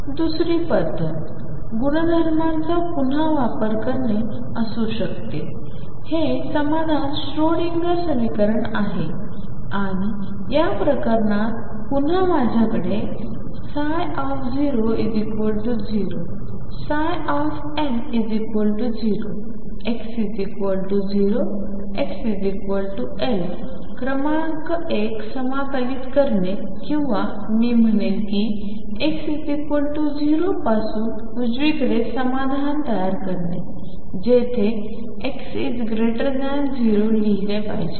दुसरी पद्धत गुणधर्मांचा पुन्हा वापर करणे असू शकते हे समाधान श्रोडिंगर समीकरण आहे आणिया प्रकरणात पुन्हा माझ्याकडे 00 L0 x0 xL क्रमांक 1 समाकलित करणे किंवा मी म्हणेल कि x 0 पासून उजवीकडे समाधान तयार करणे जेथे x0 लिहिले पाहिजे